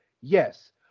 Yes